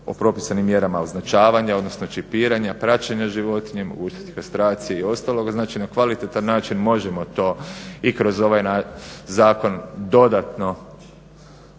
o propisanim mjerama označavanja odnosno čipiranja praćenja životinja i mogućnosti kastracije i ostaloga. Znači, na kvalitetan način možemo to i kroz ovaj zakon dodatno